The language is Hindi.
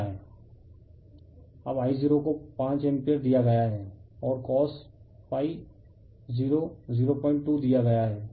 रिफर स्लाइड टाइम 3406 अब I0 को 5 एम्पीयर दिया गया है और cos∅0 02 दिया गया है